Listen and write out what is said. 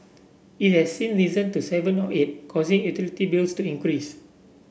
it has since risen to seven or eight causing utility bills to increase